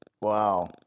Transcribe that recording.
Wow